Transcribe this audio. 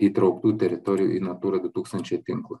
įtrauktų teritorijų į natūra du tūkstančiai tinklą